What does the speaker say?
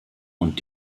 und